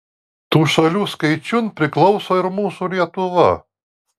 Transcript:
tų šalių skaičiun priklauso ir mūsų lietuva